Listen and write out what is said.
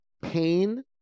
pain